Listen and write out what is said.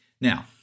Now